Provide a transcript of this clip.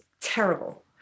terrible